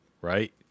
right